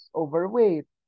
overweight